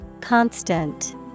Constant